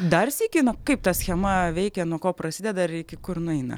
dar sykį na kaip ta schema veikia nuo ko prasideda ir iki kur nueina